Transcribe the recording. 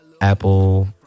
Apple